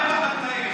מיכאל, מה עם החקלאים?